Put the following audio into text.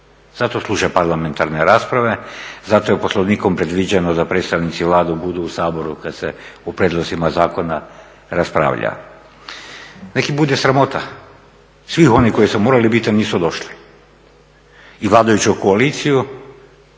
zato služe parlamentarne rasprave, zato je Poslovnikom predviđeno da predstavnici Vlade budu u Saboru kada se o prijedlozima zakona raspravlja. Neka iz bude sramota, svih onih koji su morali biti, a nisu došli i vladajući koaliciju